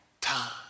time